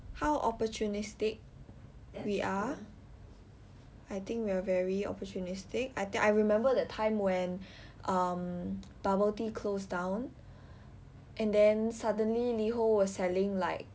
how opportunistic we are I think we are very opportunistic I think I remember that time when um bubble tea closed down and then suddenly Liho was selling like